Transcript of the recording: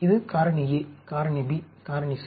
இது காரணி A காரணி B காரணி C